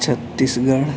Chhattisgarh